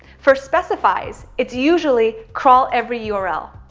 for specifies it's usually crawl every yeah url.